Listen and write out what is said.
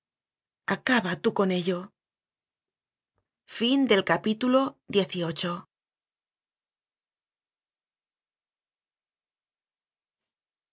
acaba tú con ello